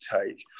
take